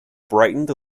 brightened